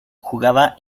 jugaba